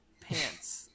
pants